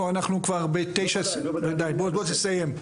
תסיים.